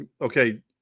okay